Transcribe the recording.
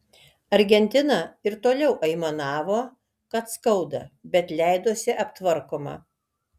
argentina ir toliau aimanavo kad skauda bet leidosi aptvarkoma